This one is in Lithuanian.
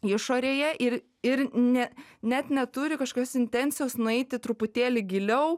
išorėje ir ir ne net neturi kažkokios intencijos nueiti truputėlį giliau